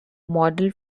model